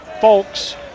Folks